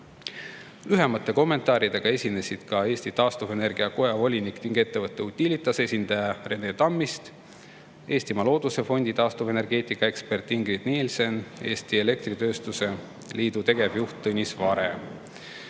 Lühemate kommentaaridega esinesid Eesti Taastuvenergia Koja volinik ning ettevõtte Utilitas esindaja Rene Tammist, Eestimaa Looduse Fondi taastuvenergeetika ekspert Ingrid Nielsen ja Eesti Elektritööstuse Liidu tegevjuht Tõnis Vare.